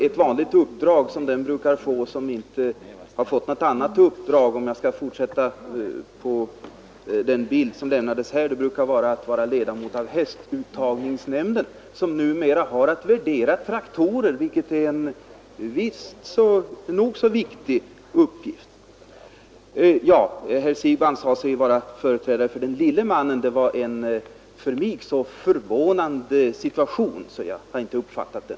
Ett vanligt uppdrag som den brukar få som inte har fått något annat uppdrag — om jag skall fortsätta på den bild som herr Siegbahn tecknade — är att bli ledamot av hästuttagningsnämnden. Den har numera att värdera traktorer, vilket är en nog så viktig uppgift. Herr Siegbahn sade sig nu vara företrädare för den lille mannen. Den uppgiften verkar så främmande för honom att jag inte tidigare uppfattat den.